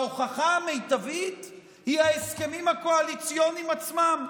וההוכחה המיטבית היא ההסכמים הקואליציוניים עצמם.